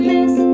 Miss